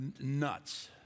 nuts